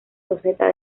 roseta